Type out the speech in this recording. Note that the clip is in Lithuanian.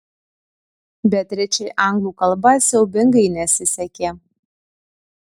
beatričei anglų kalba siaubingai nesisekė